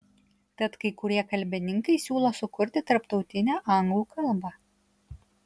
tad kai kurie kalbininkai siūlo sukurti tarptautinę anglų kalbą